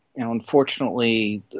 unfortunately